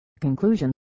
Conclusion